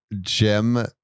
Jim